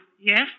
Yes